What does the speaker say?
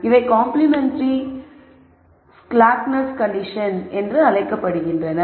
இவை complementary slackness condition என்று அழைக்கப்படுகின்றன